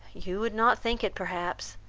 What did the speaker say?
you would not think it perhaps,